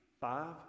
Five